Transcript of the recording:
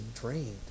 drained